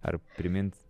ar primint